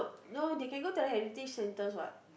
no they can go to the heritage center what